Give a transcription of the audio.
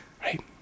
right